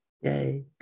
Yay